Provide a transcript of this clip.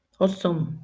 awesome